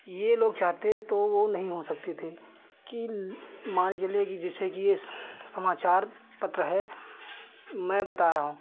यह लोग चाहते तो वह नहीं हो सकती थी कि मानकर चलिए कि जैसे कि यह समाचार पत्र है मैं बता रहा हूँ कि